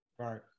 Right